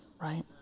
right